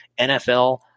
NFL